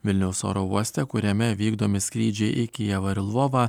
vilniaus oro uoste kuriame vykdomi skrydžiai į kijevą ir lvovą